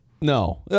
No